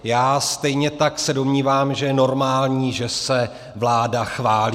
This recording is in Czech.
Já se stejně tak domnívám, že je normální, že se vláda chválí.